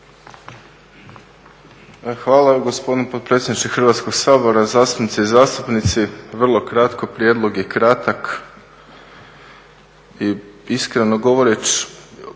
Hvala gospodine potpredsjedniče Hrvatskog sabora, zastupnice i zastupnici, vrlo kratko, prijedlog je kratak i iskreno govoreći